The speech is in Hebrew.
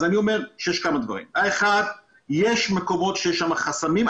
אז אני אומר כמה דברים: יש מקומות שיש שם חסמים.